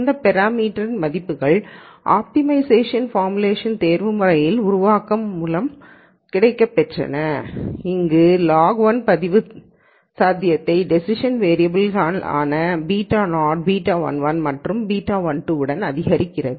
இந்த பேராமீட்டர் க்கள் மதிப்புகள் ஆப்டிமைஷேஷன் பாமுலேஷன் தேர்வுமுறை உருவாக்கம் மூலம் கிடைக்கப் பெற்றன இங்கு 1 log பதிவு சாத்தியத்தை டேசிஷன் வேரியபல்கள் ஆன β0 β11 மற்றும் β12 உடன் அதிகரிக்கிறது